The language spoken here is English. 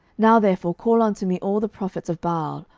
now therefore call unto me all the prophets of baal,